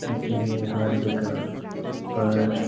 इसलिए हर जगह पर